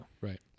Right